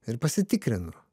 ir pasitikrinu